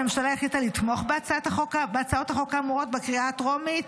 הממשלה החליטה לתמוך בהצעות החוק האמורות בקריאה הטרומית,